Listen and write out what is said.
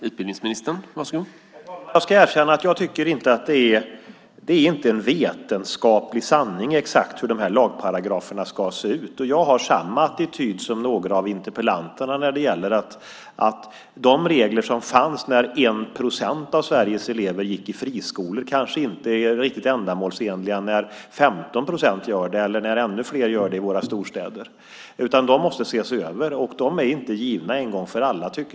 Herr talman! Jag ska erkänna att jag inte tycker att det är en vetenskaplig sanning exakt hur de här lagparagraferna ska se ut. Jag har samma attityd som några av debattörerna när det gäller att de regler som fanns när 1 procent av Sveriges elever gick i friskolor kanske inte är riktigt ändamålsenliga när 15 procent gör det, eller ännu fler i våra storstäder. De måste ses över. De är inte givna en gång för alla.